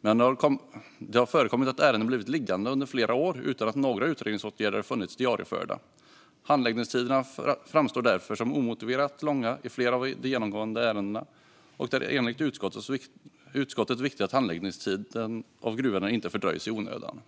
Men det har förekommit att ärenden blivit liggande under flera år utan att några utredningsåtgärder funnits diarieförda. Handläggningstiderna framstår därför som omotiverat långa i flera av de genomgångna ärendena. Det är enligt utskottet viktigt att handläggningen av gruvärenden inte fördröjs i onödan.